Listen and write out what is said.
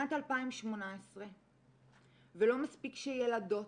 שנת 2018 ולא מספיק שילדות,